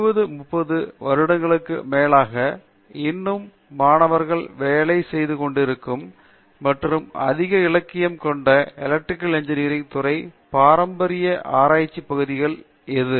பேராசிரியர் பிரதாப் ஹரிதாஸ் 20 30 வருடங்களுக்கும் மேலாக இன்னும் மாணவர்கள் வேலை செய்ய வேண்டியிருக்கும் மற்றும் அதிக இலக்கியம் கொண்ட எலக்ட்ரிக்கல் இன்ஜினியரிங் துறை பாரம்பரிய ஆராய்ச்சிப் பகுதி எது